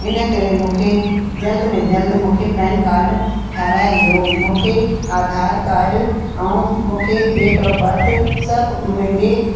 इन करे मूंखे जल्द में जल्द मूंखे पेनकार्ड ठाराहे ॾियो मूंखे आधार कार्ड ऐं मूंखे डेट ऑफ बर्थ सभु मुंहिंजे